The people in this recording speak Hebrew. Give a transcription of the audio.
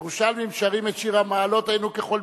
את שיר המעלות, היינו כחולמים.